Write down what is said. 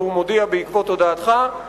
והוא מודיע בעקבות הודעתך,